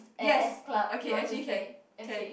yes okay actually can can